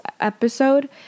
episode